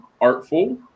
artful